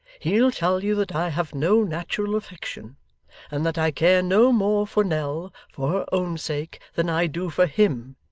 he'll tell you that i have no natural affection and that i care no more for nell, for her own sake, than i do for him.